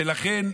ולכן,